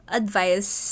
advice